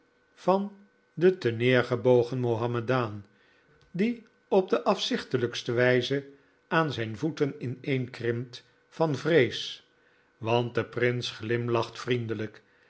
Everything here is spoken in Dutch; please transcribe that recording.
van den terneergebogen mahomedaan die op de afzichtelijkste wijze aan zijn voeten ineenkrimpt van vrees want de prins glimlacht vriendelijk